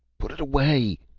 put it away!